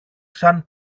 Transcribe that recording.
σαν